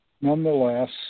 Nonetheless